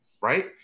right